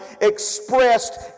expressed